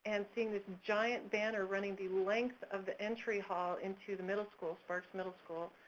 and seeing this giant banner running the length of the entry hall into the middle school, sparks middle school,